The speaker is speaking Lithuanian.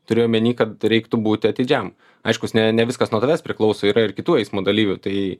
turiu omeny kad reiktų būti atidžiam aiškus ne ne viskas nuo tavęs priklauso yra ir kitų eismo dalyvių tai